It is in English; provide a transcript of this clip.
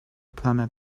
planet